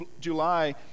july